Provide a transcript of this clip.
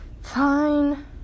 fine